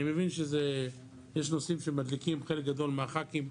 אני מבין שיש נושאים שמדליקים חלק גדול מהח"כים,